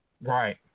Right